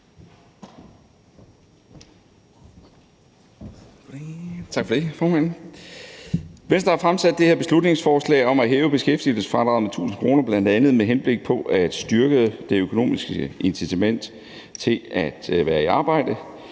Tak for det, formand. Venstre har fremsat det her beslutningsforslag om at hæve beskæftigelsesfradraget med 1.000 kr. bl.a. med henblik på at styrke det økonomiske incitament til at være i arbejde.